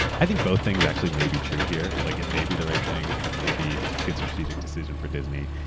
i think both things actually may be true here. like it may be the right thing, it may be a good strategic decision for disney.